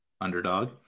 underdog